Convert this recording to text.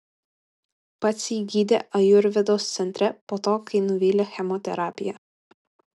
pats jį gydė ajurvedos centre po to kai nuvylė chemoterapija